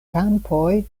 kampoj